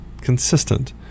consistent